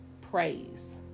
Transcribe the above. praise